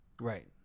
Right